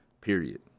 period